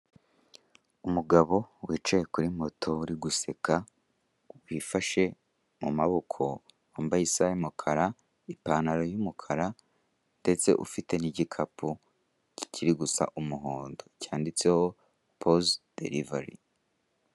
Umugabo wicaye kuri moto uri guseka, wifashe mu maboko, wambaye isaha y'umukara, ipantaro y'umukara ndetse ufite n'igikapu kiri gusa umuhondo cyanditseho poze derivari.